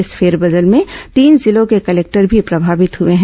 इस फेरबदल में तीन जिलों के कलेक्टर भी प्रभावित हुए हैं